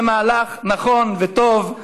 זה מהלך נכון וטוב.